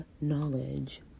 knowledge